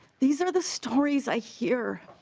these are the stories i hear.